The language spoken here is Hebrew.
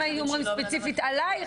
אם היו אומרים ספציפית עליך,